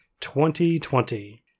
2020